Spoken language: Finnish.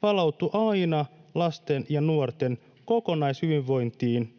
palautuu aina lasten ja nuorten kokonaishyvinvointiin